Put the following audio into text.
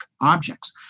objects